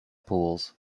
pools